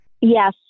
Yes